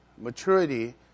maturity